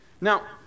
Now